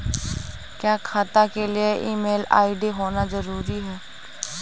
क्या खाता के लिए ईमेल आई.डी होना जरूरी है?